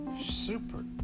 super